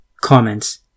Comments